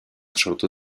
sortu